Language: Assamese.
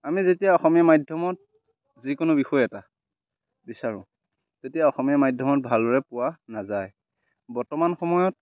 আমি যেতিয়া অসমীয়া মাধ্যমত যিকোনো বিষয় এটা বিচাৰোঁ তেতিয়া অসমীয়া মাধ্যমত ভালদৰে পোৱা নাযায় বৰ্তমান সময়ত